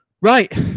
Right